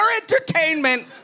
entertainment